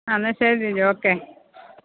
ആ എന്നാൽ ശരി ടീച്ചറെ ഓക്കെ